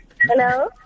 hello